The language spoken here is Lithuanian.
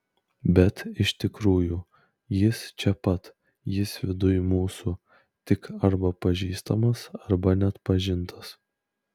bet iš tikrųjų jis čia pat jis viduj mūsų tik arba pažįstamas arba neatpažintas